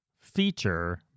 feature